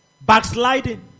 backsliding